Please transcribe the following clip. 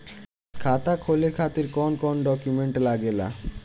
खाता खोले खातिर कौन कौन डॉक्यूमेंट लागेला?